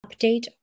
update